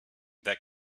that